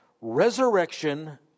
resurrection